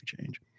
change